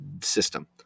system